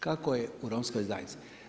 Kako je u romskoj zajednici.